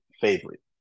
favorite